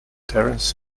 terence